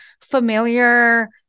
familiar